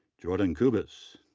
jordan kubisz,